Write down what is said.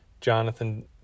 Jonathan